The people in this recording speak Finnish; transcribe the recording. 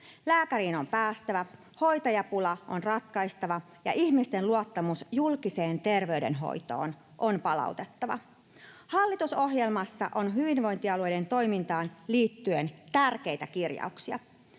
Lääkäriin on päästävä, hoitajapula on ratkaistava ja ihmisten luottamus julkiseen terveydenhoitoon on palautettava. Hallitusohjelmassa on hyvinvointialueiden toimintaan liittyen tärkeitä kirjauksia: